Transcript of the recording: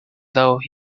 though